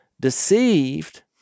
deceived